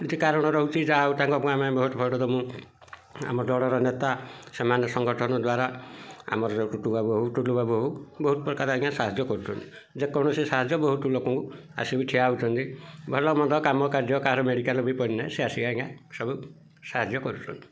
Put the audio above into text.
କିଛି କାରଣ ରହୁଛି ଯାହା ହଉ ତାଙ୍କ ପାଇଁ ଆମେ ଭୋଟ୍ ଫୋଟ୍ ଦେବୁ ଆମ ଦଳର ନେତା ସେମାନେ ସଂଗଠନ ଦ୍ୱାରା ଆମର ଯେଉଁ ଟୁଟୁ ବାବୁ ହଉ ଟୁଲୁ ବାବୁ ହଉ ବହୁତ ପ୍ରକାର ଆଜ୍ଞା ସାହାଯ୍ୟ କରୁଛନ୍ତି ଯେ କୌଣସି ସାହାଯ୍ୟ ବହୁତ ଲୋକଙ୍କୁ ଆସିକି ଠିଆ ହେଉଛନ୍ତି ଭଲମନ୍ଦ କାମ କାର୍ଯ୍ୟ କାର ମେଡ଼ିକାଲ୍ ବି ପଡ଼ିଲେ ସେ ଆସିକି ଆଜ୍ଞା ସବୁ ସାହାଯ୍ୟ କରୁଛନ୍ତି